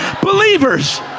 Believers